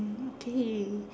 mm okay